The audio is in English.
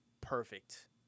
perfect